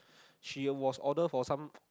she was order for some